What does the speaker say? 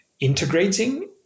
integrating